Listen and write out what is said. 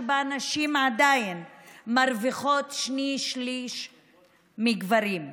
שבה נשים עדיין מרוויחות שני-שלישים מגברים,